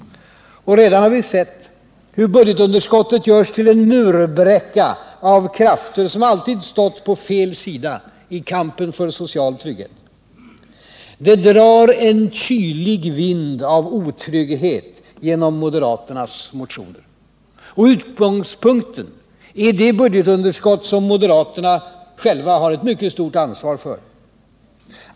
Och redan har vi sett hur budgetunderskottet görs till en murbräcka av krafter som alltid stått på fel sida i kampen för social trygghet. Det drar en kylig vind av otrygghet genom moderaternas motioner. Och utgångspunkten är det budgetunderskott som moderaterna själva har ett mycket stort ansvar för.